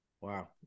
Wow